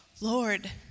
Lord